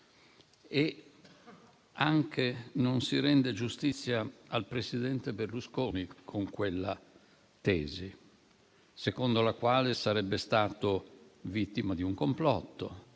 luogo, non si rende giustizia al presidente Berlusconi con quella tesi secondo la quale sarebbe stato vittima di un complotto,